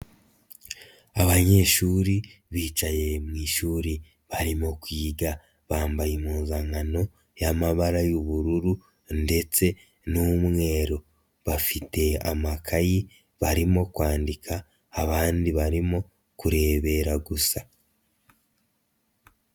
Abanyeshuri bicaye mu ishuri barimo kwiga bambaye impuzankano y'amabara y'ubururu ndetse n'umweru, bafite amakayi barimo kwandika, abandi barimo kurebera gusa.